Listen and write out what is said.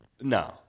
No